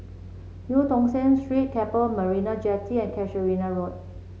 Eu Tong Sen Street Keppel Marina Jetty and Casuarina Road